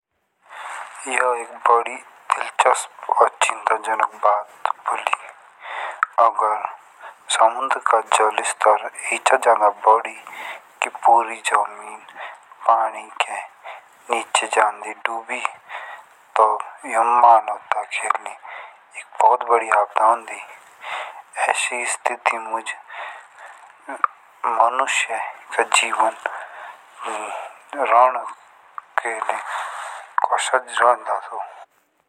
यह एक बड़ी दिलचस्प और चिंताजनक बात बोली। अगर समुद्र का जल स्तर ऐचा जादा बड़ी पूरी ज़मीन पानी के नीचे जांदी डूबी तो यह मानवता के लिए एक बहुत बड़ी आपदा होगी। ऐसी स्थिति में मनुष्ये कोसा रोडा।